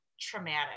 traumatic